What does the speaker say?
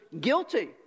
guilty